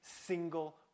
single